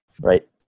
Right